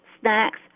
snacks